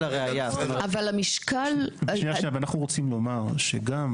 על הבסיס לא נאמר, התשובה של דוח האפס.